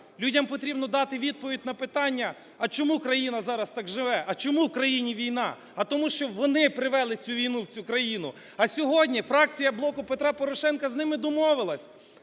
Людям потрібно дати відповідь на питання: а чому країна зараз так живе, а чому в країні війна. А тому, що вони привели цю війну в цю країну. А сьогодні фракція "Блоку Петра Порошенка" з ними домовилась.